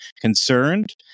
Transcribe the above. concerned